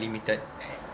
limited and